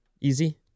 Easy